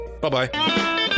Bye-bye